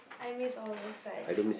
I miss all those times